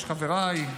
חבריי,